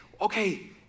okay